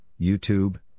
YouTube